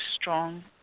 strong